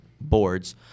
boards